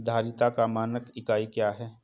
धारिता का मानक इकाई क्या है?